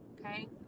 okay